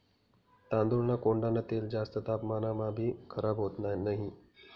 तांदूळना कोंडान तेल जास्त तापमानमाभी खराब होत नही